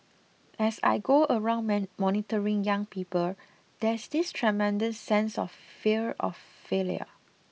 as I go around mentoring young people there's this tremendous sense of fear of failure